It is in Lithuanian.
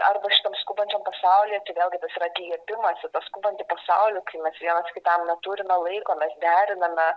arba šitam skubančiam pasaulyje tai vėl gi tas yra atliepimas į tą skubantį pasaulį kai mes vienas kitam neturime laiko mes deriname